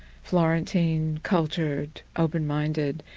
florentine, cultured, open-minded.